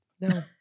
No